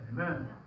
Amen